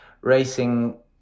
racing